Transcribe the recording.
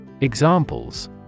Examples